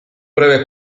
breve